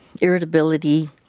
irritability